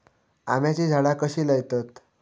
आम्याची झाडा कशी लयतत?